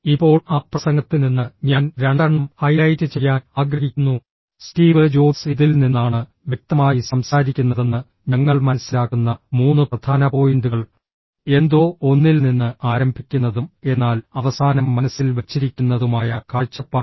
ഇപ്പോൾ ആ പ്രസംഗത്തിൽ നിന്ന് ഞാൻ രണ്ടെണ്ണം ഹൈലൈറ്റ് ചെയ്യാൻ ആഗ്രഹിക്കുന്നു സ്റ്റീവ് ജോബ്സ് ഇതിൽ നിന്നാണ് വ്യക്തമായി സംസാരിക്കുന്നതെന്ന് ഞങ്ങൾ മനസ്സിലാക്കുന്ന മൂന്ന് പ്രധാന പോയിന്റുകൾ എന്തോ ഒന്നിൽ നിന്ന് ആരംഭിക്കുന്നതും എന്നാൽ അവസാനം മനസ്സിൽ വെച്ചിരിക്കുന്നതുമായ കാഴ്ചപ്പാട്